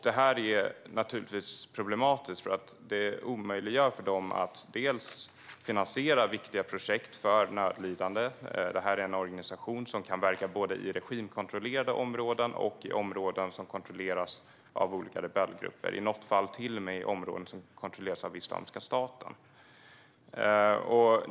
Det här är naturligtvis problematiskt, för det omöjliggör för dem att finansiera viktiga projekt för nödlidande. Detta är en organisation som kan verka både i regimkontrollerade områden och i områden som kontrolleras av olika rebellgrupper. I något fall kan organisationen till och med verka i områden som kontrolleras av Islamiska staten.